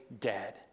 dead